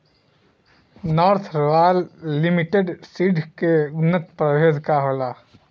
North royal limited seeds के उन्नत प्रभेद का होला?